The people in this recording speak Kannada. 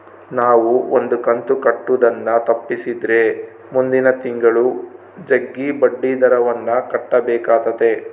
ನಾವು ಒಂದು ಕಂತು ಕಟ್ಟುದನ್ನ ತಪ್ಪಿಸಿದ್ರೆ ಮುಂದಿನ ತಿಂಗಳು ಜಗ್ಗಿ ಬಡ್ಡಿದರವನ್ನ ಕಟ್ಟಬೇಕಾತತೆ